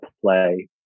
play